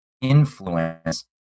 influence